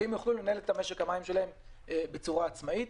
והם יוכלו לנהל את משק המים שלהם בצורה עצמאית.